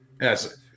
yes